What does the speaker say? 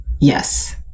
Yes